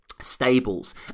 stables